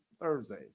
Thursdays